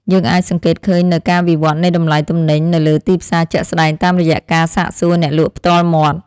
យើងអាចសង្កេតឃើញនូវការវិវត្តនៃតម្លៃទំនិញនៅលើទីផ្សារជាក់ស្ដែងតាមរយៈការសាកសួរអ្នកលក់ផ្ទាល់មាត់។